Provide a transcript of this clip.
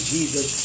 Jesus